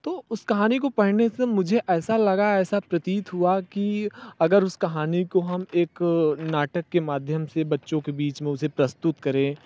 तो उस कहानी को पढ़ने से मुझे ऐसा लगा ऐसा प्रतीत हुआ कि अगर उस कहानी को हम एक नाटक के माध्यम से बच्चों के बीच में उसे प्रस्तुत करें